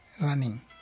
running